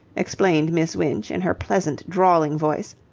explained miss winch in her pleasant, drawling voice.